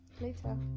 later